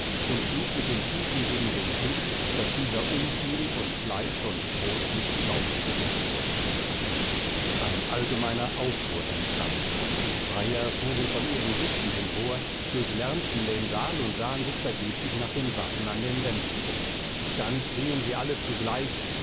und schlug mit den füßen gegen den tisch daß dieser umfiel und fleisch und brot mit staub bedeckt wurden ein allgemeiner aufruhr entstand die freier fuhren von ihren sitzen empor durchlärmten den saal und sahen sich vergeblich nach den waffen an den wänden um dann schrieen sie alle zugleich